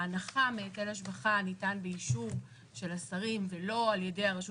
ההנחה מהיטל השבחה ניתן באישור של השרים ולא על ידי הרשות